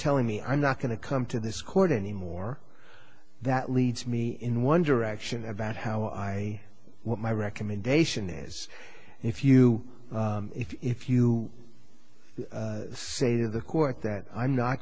telling me i'm not going to come to this court any more that leads me in one direction about how i want my recommendation is if you if you say to the court that i'm not